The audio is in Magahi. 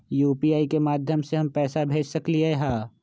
यू.पी.आई के माध्यम से हम पैसा भेज सकलियै ह?